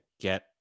get